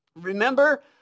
remember